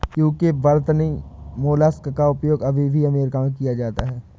UK वर्तनी mollusc का उपयोग अभी भी अमेरिका में किया जाता है